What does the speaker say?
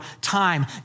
time